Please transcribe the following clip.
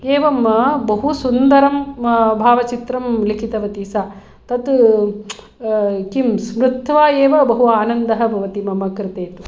एवम् बहुसुन्दरं भावचित्रं लिखितवती सा तत् किं स्मृत्वा एव बहु आनन्दः भवति मम कृते तु